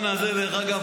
לעלות לדבר?